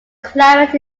climate